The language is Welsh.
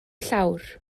llawr